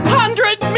hundred